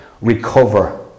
recover